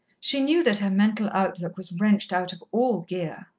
she knew that her mental outlook was wrenched out of all gear,